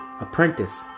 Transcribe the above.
apprentice